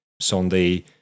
Sunday